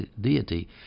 deity